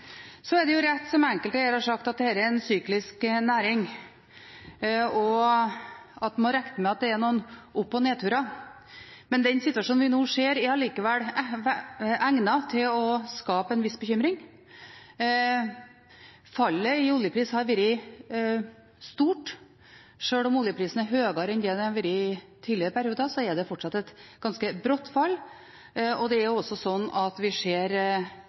Så er det rett som enkelte har sagt, at dette er en syklisk næring, og at en må regne med at det er noen opp- og nedturer. Men den situasjonen vi nå ser, er allikevel egnet til å skape en viss bekymring. Fallet i oljeprisen har vært stort. Sjøl om oljeprisen er høyere enn det den har vært i tidligere perioder, er det fortsatt et ganske brått fall, og vi begynner også å se konsekvenser av det